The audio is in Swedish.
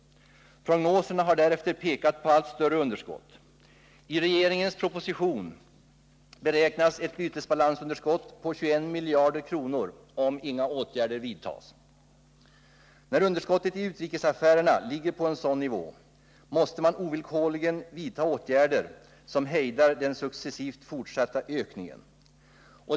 Prognoserna har därefter pekat på allt större underskott. I regeringens proposition beräknas ett bytesbalansunderskott på 21 miljarder kronor om inga åtgärder vidtas. När underskottet i utrikesaffärerna ligger på en sådan nivå, måste man ovillkorligen vidta åtgärder som hejdar den successivt fortgående ökningen.